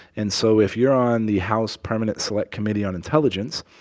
and so if you're on the house permanent select committee on intelligence,